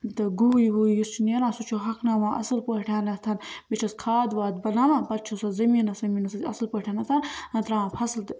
تہٕ گوہۍ ووہۍ یُس چھُ نیران سُہ چھِ ہۄکھناوان اصٕل پٲٹھۍ بیٚیہِ چھِس کھاد واد بَناوان پَتہٕ چھِ سۄ زٔمیٖنَس ومیٖنَس سۭتۍ اصٕل پٲٹھۍ ٲں ترٛاوان فصٕل تہِ